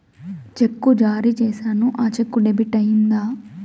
చెక్కు జారీ సేసాను, ఆ చెక్కు డెబిట్ అయిందా